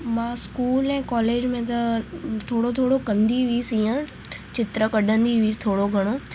मां स्कूल ऐं कॉलेज में त थोरो थोरो कंदी हुअसि हीअं चित्र कढंदी हुअसि थोरो घणो